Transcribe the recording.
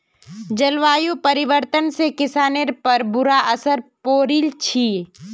जलवायु परिवर्तन से किसानिर पर बुरा असर पौड़ील छे